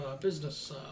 business